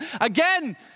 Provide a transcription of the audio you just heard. again